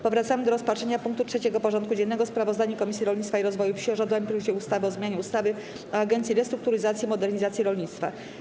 Powracamy do rozpatrzenia punktu 3. porządku dziennego: Sprawozdanie Komisji Rolnictwa i Rozwoju Wsi o rządowym projekcie ustawy o zmianie ustawy o Agencji Restrukturyzacji i Modernizacji Rolnictwa.